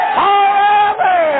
forever